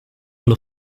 allo